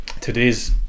today's